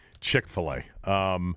Chick-fil-A